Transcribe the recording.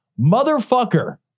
Motherfucker